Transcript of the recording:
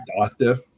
Doctor